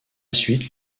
suite